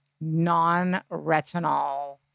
non-retinol